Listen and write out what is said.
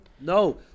No